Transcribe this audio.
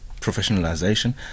Professionalization